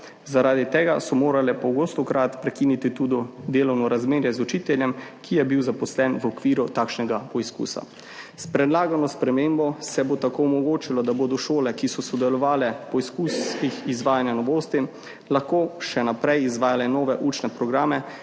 Zaradi tega so morale pogostokrat prekiniti tudi delovno razmerje z učiteljem, ki je bil zaposlen v okviru takšnega poskusa. S predlagano spremembo se bo tako omogočilo, da bodo šole, ki so sodelovale v poskusih izvajanja novosti, lahko še naprej izvajale nove učne programe